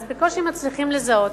אז בקושי מצליחים לזהות,